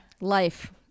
Life